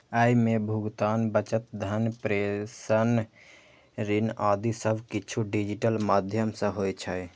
अय मे भुगतान, बचत, धन प्रेषण, ऋण आदि सब किछु डिजिटल माध्यम सं होइ छै